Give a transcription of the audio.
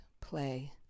play